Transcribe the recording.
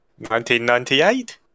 1998